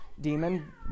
demon